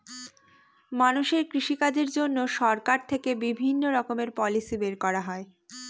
মানুষের কৃষিকাজের জন্য সরকার থেকে বিভিণ্ণ রকমের পলিসি বের করা হয়